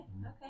okay